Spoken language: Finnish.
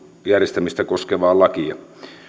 järjestämistä koskevaa lakia